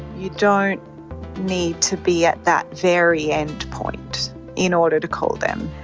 you don't need to be at that very endpoint in order to call them.